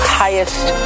highest